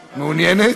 מעוניינת?